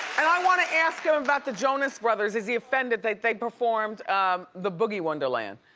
and i wanna ask him about the jonas brothers, is he offended that they performed the boogie wonderland.